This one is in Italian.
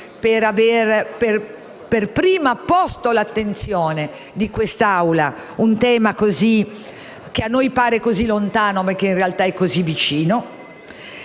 quale per prima ha posto all'attenzione di quest'Aula un tema che a noi sembra così lontano ma che, in realtà, è così vicino.